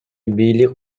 бийлик